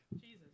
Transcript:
Jesus